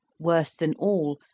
worse than all,